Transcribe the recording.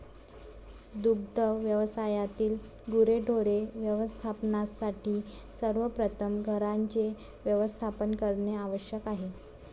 दुग्ध व्यवसायातील गुरेढोरे व्यवस्थापनासाठी सर्वप्रथम घरांचे व्यवस्थापन करणे आवश्यक आहे